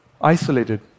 isolated